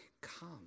come